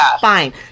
fine